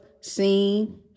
seen